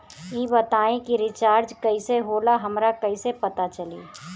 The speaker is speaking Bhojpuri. ई बताई कि रिचार्ज कइसे होला हमरा कइसे पता चली?